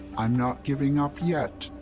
i'm not giving up yet.